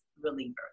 reliever